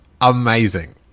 amazing